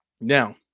Now